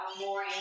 more